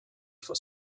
for